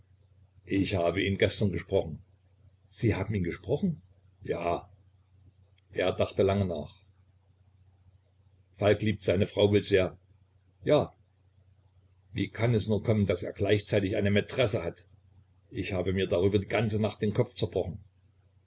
ich habe ihn gestern gesprochen sie haben ihn gesprochen ja er dachte lange nach falk liebt seine frau wohl sehr ja wie kann es nur kommen daß er gleichzeitig eine maitresse hat ich habe mir darüber die ganze nacht den kopf zerbrochen